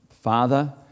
father